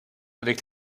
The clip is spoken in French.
avec